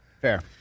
Fair